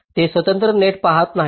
ते स्वतंत्र नेट पहात नाहीत